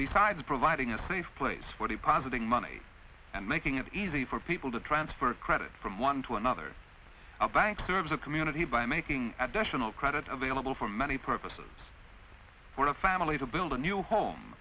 besides providing a safe place for the positing money and making it easy for people to transfer of credit from one to another a bank serves a community by making additional credit available for many purposes for a family to build a new home